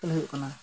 ᱠᱷᱮᱞ ᱦᱩᱭᱩᱜ ᱠᱟᱱᱟ